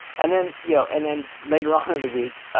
and then you know and then later on in the week,